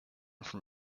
from